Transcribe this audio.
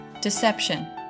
deception